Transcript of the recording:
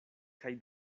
kaj